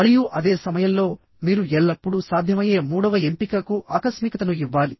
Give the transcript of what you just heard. మరియు అదే సమయంలో మీరు ఎల్లప్పుడూ సాధ్యమయ్యే మూడవ ఎంపికకు ఆకస్మికతను ఇవ్వాలి